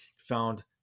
found